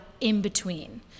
in-between